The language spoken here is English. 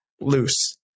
loose